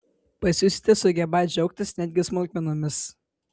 pasijusite sugebą džiaugtis netgi smulkmenomis